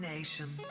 Nation